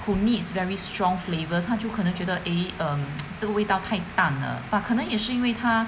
who needs very strong flavors 他就可能觉得 eh 这个味道太淡了 but 可能也是因为它